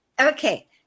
Okay